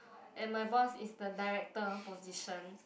and my boss is the director of position